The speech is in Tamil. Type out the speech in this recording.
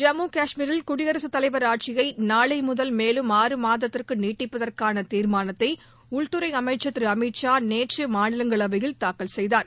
ஜம்மு காஷ்மீரில் குடியரசுத் தலைவர் ஆட்சியை நாளை முதல் மேலும் ஆறு மாதத்திற்கு நீட்டிப்பதற்கான தீர்மானத்தை உள்துறை அமைச்சர் திரு அமித் ஷா நேற்று மாநிலங்களவையில் தாக்கல் செய்தார்